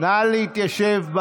תראו את השטויות,